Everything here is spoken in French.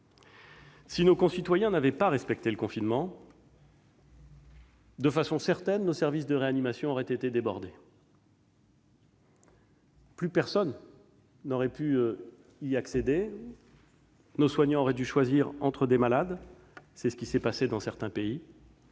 Si nos concitoyens n'avaient pas respecté le confinement, nos services de réanimation auraient de façon certaine été débordés : plus personne n'aurait pu y accéder et nos soignants auraient dû choisir entre les malades. C'est ce qui s'est passé dans certains pays,